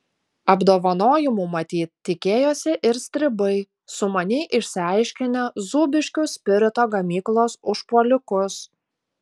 apdovanojimų matyt tikėjosi ir stribai sumaniai išaiškinę zūbiškių spirito gamyklos užpuolikus